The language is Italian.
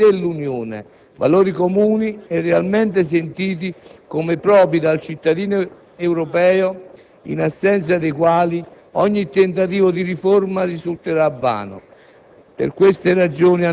condivisione dei valori dell'Unione, valori comuni e realmente sentiti come propri dal cittadino europeo, in assenza dei quali ogni tentativo di riforma risulterà vano.